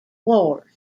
wars